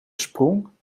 sprong